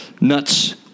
nuts